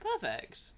perfect